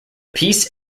peace